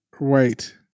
Wait